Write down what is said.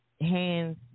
hands